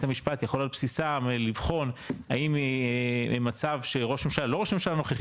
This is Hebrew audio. המשפט יכול על בסיסם לבחון האם מצב שראש ממשלה לא ראש ממשלה נוכחי,